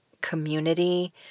community